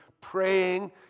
praying